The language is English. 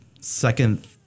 second